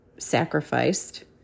sacrificed